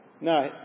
No